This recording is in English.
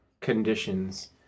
conditions